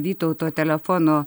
vytauto telefono